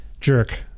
jerk